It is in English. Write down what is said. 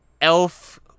elf